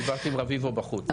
דיברתי עם רביבו בחוץ.